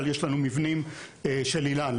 יש לנו מבנים של איל"ן,